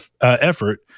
effort